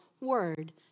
Word